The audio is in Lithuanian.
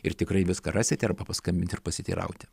ir tikrai viską rasite arba paskambint ir pasiteirauti